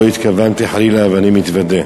לא התכוונתי חלילה ואני מתוודה.